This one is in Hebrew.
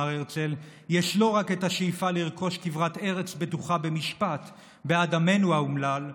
יש לא רק השאיפה לרכוש כברת ארץ בטוחה במשפט בעד עמנו האומלל,